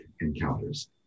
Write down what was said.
encounters